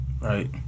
Right